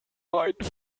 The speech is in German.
beiden